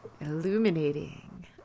Illuminating